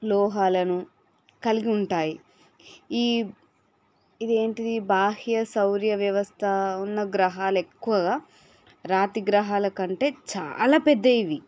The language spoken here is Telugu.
లోహాలను కలిగి ఉంటాయి ఈ ఇది ఏంటిది బాహ్య సౌర్య వ్యవస్థ ఉన్న గ్రహాలు ఎక్కువగా రాతిగ్రహాల కంటే చాలాపెద్దవి ఇవి